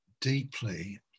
deeply